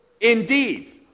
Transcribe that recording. Indeed